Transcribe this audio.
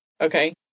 Okay